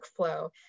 workflow